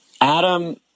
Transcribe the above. Adam